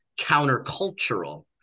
countercultural